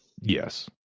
Yes